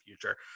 future